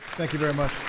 thank you very much.